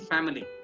Family